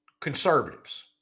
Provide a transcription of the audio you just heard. conservatives